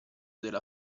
della